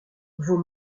vos